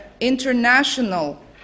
international